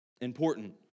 important